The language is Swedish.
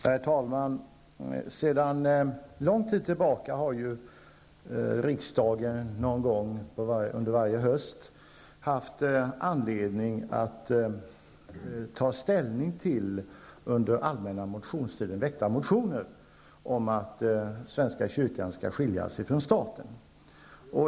Herr talman! Sedan lång tid tillbaka har ju riksdagen någon gång under varje höst haft anledning att ta ställning till de under den allmänna motionstiden väckta motionerna om att svenska kyrkan skall skiljas från staten.